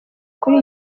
kuri